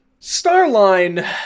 Starline